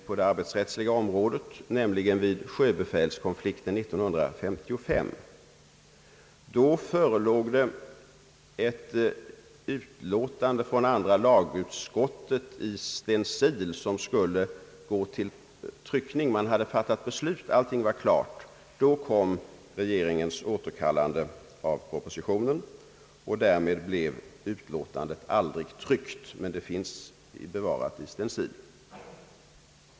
På det arbetsrättsliga området, nämligen vid sjöbefälskonflikten 1955, förelåg ett utlåtande från andra lagutskottet i stencil som skulle gå till tryckning. Man hade fattat beslut och allting var klart. Då kom regeringens återkallande av propositionen, och därmed blev utlåtandet aldrig tryckt men finns bevarat i stencil.